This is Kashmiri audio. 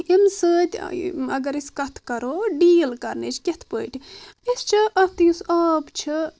ییٚمہِ سۭتۍ اگر أسۍ کتھ کرو ڈیٖل کرنٕچ کِتھ پٲٹھۍ أسۍ چھِ اَکھتُے یُس آب چھِ